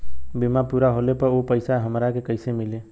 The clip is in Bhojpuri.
बीमा पूरा होले पर उ पैसा हमरा के कईसे मिली?